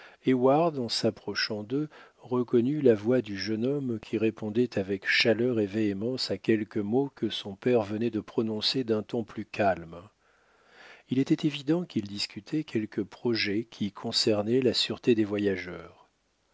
en s'approchant d'eux reconnut la voix du jeune homme qui répondait avec chaleur et véhémence à quelques mots que son père venait de prononcer d'un ton plus calme il était évident qu'ils discutaient quelque projet qui concernait la sûreté des voyageurs